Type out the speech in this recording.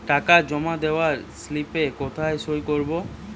টাকা জমা দেওয়ার স্লিপে কোথায় সই করব?